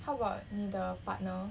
how about 你的 partner